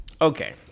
Okay